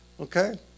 Okay